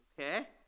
okay